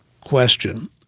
question